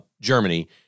germany